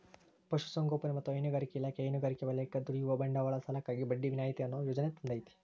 ಪಶುಸಂಗೋಪನೆ ಮತ್ತ ಹೈನುಗಾರಿಕಾ ಇಲಾಖೆ ಹೈನುಗಾರಿಕೆ ವಲಯಕ್ಕ ದುಡಿಯುವ ಬಂಡವಾಳ ಸಾಲಕ್ಕಾಗಿ ಬಡ್ಡಿ ವಿನಾಯಿತಿ ಅನ್ನೋ ಯೋಜನೆ ತಂದೇತಿ